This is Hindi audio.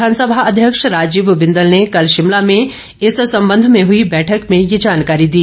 विधानसभा अध्यक्ष राजीव बिंदल ने कल शिमलो में इस संबंध में हुई बैठक में ये जानकारी दी